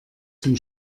zum